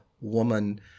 woman